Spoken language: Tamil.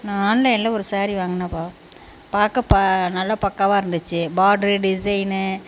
நான் ஆன்லைனில் ஒரு ஸேரீ வாங்கினேப்பா பார்க்க ப நல்ல பக்காவாக இருந்துச்சு பாட்ரு டிசைனு